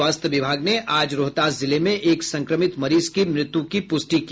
स्वास्थ्य विभाग ने आज रोहतास जिले में एक संक्रमित मरीज की मृत्यु की पुष्टि की